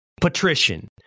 patrician